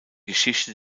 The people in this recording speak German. geschichte